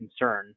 concern